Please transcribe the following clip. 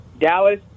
Dallas